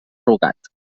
rugat